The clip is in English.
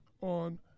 on